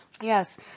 Yes